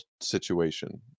situation